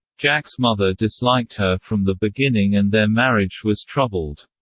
jack's mother disliked her from the beginning and their marriage was troubled.